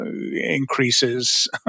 increases